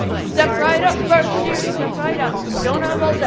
step right up, first years, step right up. don't have all day.